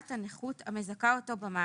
אבל זה נכות נמוכה.